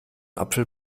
apfel